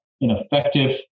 ineffective